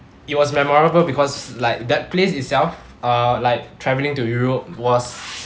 it was memorable because like that place itself uh like travelling to europe was